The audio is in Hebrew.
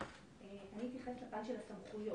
אני אתייחס לפן של הסמכויות.